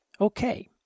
Okay